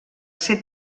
ser